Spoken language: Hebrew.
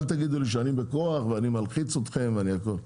אל תגידו לי שאני בכוח ואני מלחיץ אתכם והכל,